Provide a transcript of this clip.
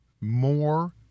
more